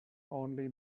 only